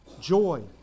joy